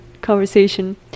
conversation